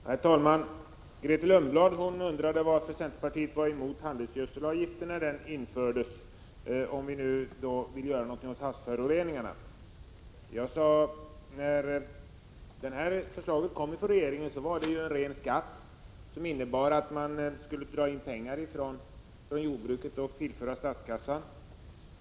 Herr talman! Grethe Lundblad undrade varför centerpartiet var emot handelsgödselavgiften när den infördes och om vi vill göra något åt havsföroreningarna. När regeringen lade fram förslaget om handelsgödselavgift innebar det en ren skatt med vars hjälp man skulle dra in pengar från jordbruket till statskassan.